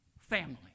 family